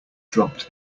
dropped